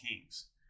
kings